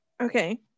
Okay